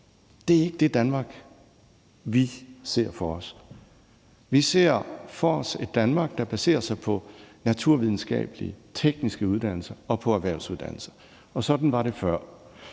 Det er ikke det Danmark, vi ser for os. Vi ser for os et Danmark, der baserer sig på naturvidenskabelige, tekniske uddannelser og på erhvervsuddannelser. Og sådan var det før.